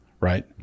right